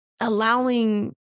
allowing